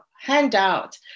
handout